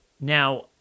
Now